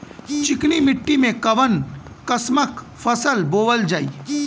चिकनी मिट्टी में कऊन कसमक फसल बोवल जाई?